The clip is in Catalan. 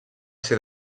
ser